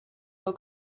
for